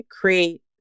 create